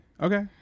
okay